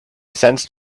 sensed